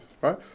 right